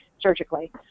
surgically